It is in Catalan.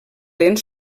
lent